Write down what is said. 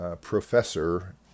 professor